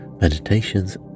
meditations